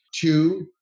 Two